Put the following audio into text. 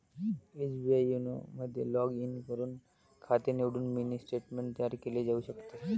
SBI YONO मध्ये log in करून खाते निवडून मिनी स्टेटमेंट तयार केले जाऊ शकते